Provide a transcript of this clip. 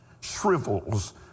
shrivels